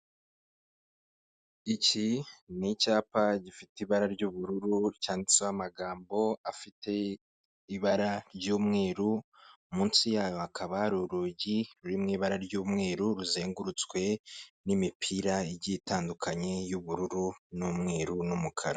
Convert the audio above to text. Iki ni icyapa gifite ibara ry'ubururu cyanditseho amagambo afite ibara ry'umweru, munsi y'ayo hakaba ari urugi ruri mu ibara ry'umweru ruzengurutswe n'imipira igiye itandukanye y'ubururu n'umweru, n'umukara.